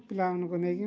ପିଲାମାନଙ୍କୁ ନେଇକି